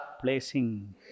placing